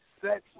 sex